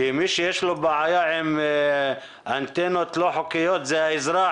כי מי שיש לו בעיה עם אנטנות לא חוקיות זה האזרח,